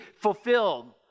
fulfilled